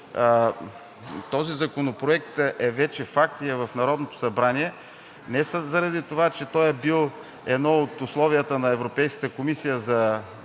този законопроект е вече факт и е в Народното събрание – не заради това, че той е бил едно от условията на Европейската комисия за